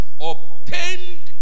obtained